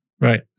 Right